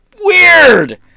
Weird